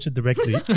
directly